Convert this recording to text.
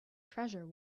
treasure